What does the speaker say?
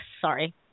sorry